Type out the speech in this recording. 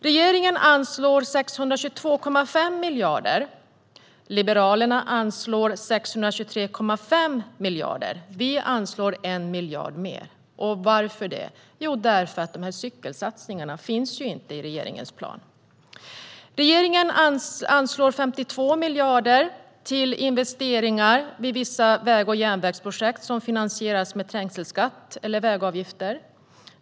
Regeringen anslår 622,5 miljarder. Liberalerna anslår 623,5 miljarder. Vi anslår alltså 1 miljard mer. Varför? Jo, för att cykelsatsningar saknas i regeringens plan. Regeringen anslår 52 miljarder till investeringar i vissa väg och järnvägsprojekt, som finansieras med trängselskatt eller vägavgifter.